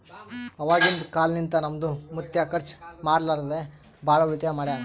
ಅವಾಗಿಂದ ಕಾಲ್ನಿಂತ ನಮ್ದು ಮುತ್ಯಾ ಖರ್ಚ ಮಾಡ್ಲಾರದೆ ಭಾಳ ಉಳಿತಾಯ ಮಾಡ್ಯಾನ್